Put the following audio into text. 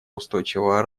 устойчивого